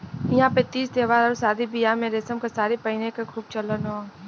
इहां पे तीज त्यौहार आउर शादी बियाह में रेशम क सारी पहिने क खूब चलन हौ